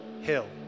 Hill